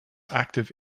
active